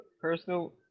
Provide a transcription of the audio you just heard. personal